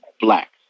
Black